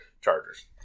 Chargers